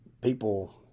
people